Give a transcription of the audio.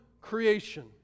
creation